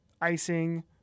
icing